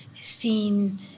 seen